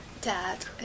dad